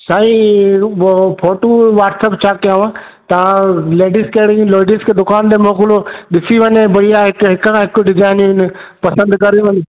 साईं उहो photo WhatsApp छा कयांव तव्हां लेडीज़ कहिड़ी लेडीज़ खे दुकान ते मोकिलियो ॾिसी वञे बढ़िया हिते हिकु खां हिकु डिजाइनूं आहिनि पसंदि करे वञनि